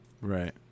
Right